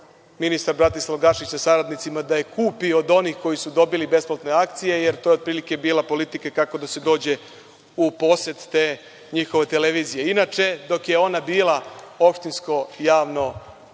ministar Bratislav Gašić sa saradnicima da je kupi od onih koji su dobili besplatne akcije, jer to je otprilike bila politika kako da se dođe u posed te njihove televizije. Inače, dok je ona bila opštinsko javno